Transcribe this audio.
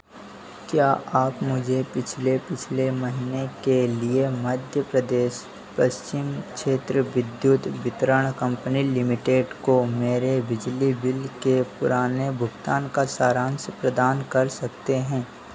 क्या आप मुझे पिछले पिछले महीने के लिए मध्यप्रदेश पश्चिम क्षेत्र विद्युत वितरण कंपनी लिमिटेड को मेरे बिजली बिल के पुराने भुगतान का सारांश प्रदान कर सकते हैं